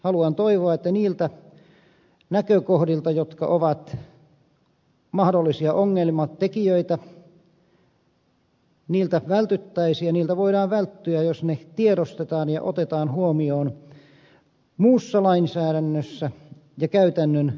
haluan toivoa että niiltä näkökohdilta jotka ovat mahdollisia ongelmatekijöitä vältyttäisiin ja niiltä voidaan välttyä jos ne tiedostetaan ja otetaan huomioon muussa lainsäädännössä ja käytännön toiminnassa